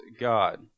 God